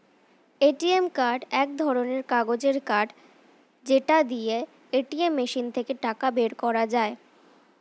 ATM card এক ধরণের কাগজের কার্ড যেটা দিয়ে এটিএম মেশিন থেকে টাকা বের করা যায়